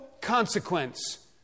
consequence